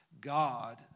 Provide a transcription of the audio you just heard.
God